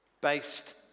based